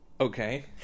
Okay